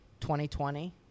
2020